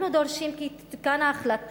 אנחנו דורשים כי תתוקן ההחלטה